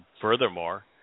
Furthermore